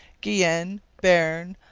guienne, bearn,